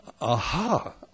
Aha